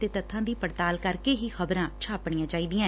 ਅਤੇ ਤੱਬਾਂ ਦੀ ਪੜਤਾਲ ਕਰਕੇ ਹੀ ਖ਼ਬਰਾਂ ਛਾਪਣੀਆਂ ਚਾਹੀਦੀਐ